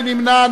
מי נמנע?